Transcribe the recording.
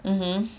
mmhmm